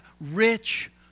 rich